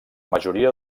majoria